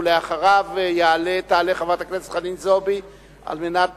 אחריו תעלה חברת הכנסת חנין זועבי על מנת